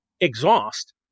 exhaust